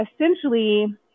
essentially